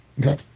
Okay